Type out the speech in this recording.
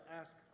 ask